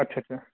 ਅੱਛਾ ਅੱਛਾ